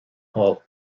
hall